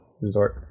Resort